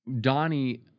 Donnie